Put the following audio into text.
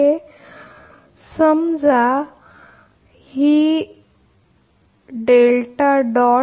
आता समजा ही सामान्य गोष्ट आहे डेल्टा डॉट